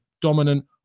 Dominant